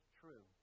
true